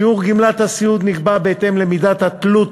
שיעור גמלת הסיעוד נקבע בהתאם למידת התלות